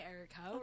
Erica